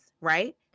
right